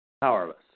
Powerless